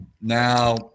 Now